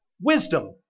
wisdom